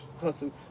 hustle